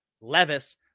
Levis